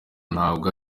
ntabwo